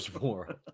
more